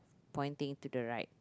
pointing to the right